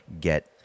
get